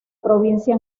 provincia